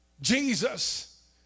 Jesus